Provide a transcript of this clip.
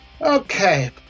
Okay